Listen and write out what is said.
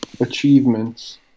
achievements